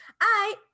I-